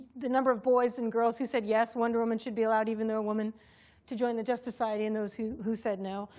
the number of boys and girls who said yes, wonder woman should be allowed even though a woman to join the justice society and those who who said no.